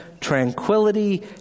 tranquility